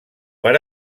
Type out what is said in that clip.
per